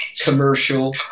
commercial